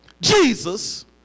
Jesus